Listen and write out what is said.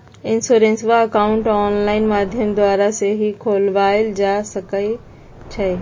insurance account online माध्यम द्वारा सेहो खोलबायल जा सकइ छइ